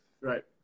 Right